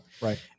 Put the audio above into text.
Right